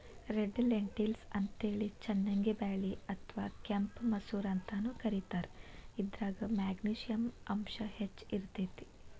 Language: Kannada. ರೆಡ್ ಲೆಂಟಿಲ್ಸ್ ಅಂತೇಳಿ ಚನ್ನಂಗಿ ಬ್ಯಾಳಿ ಅತ್ವಾ ಕೆಂಪ್ ಮಸೂರ ಅಂತಾನೂ ಕರೇತಾರ, ಇದ್ರಾಗ ಮೆಗ್ನಿಶಿಯಂ ಅಂಶ ಹೆಚ್ಚ್ ಇರ್ತೇತಿ